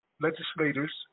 legislators